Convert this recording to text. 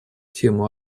тему